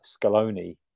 Scaloni